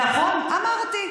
נכון, אמרתי.